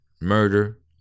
murder